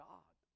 God